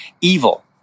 evil